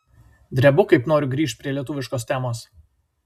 drebu kaip noriu grįžt prie lietuviškos temos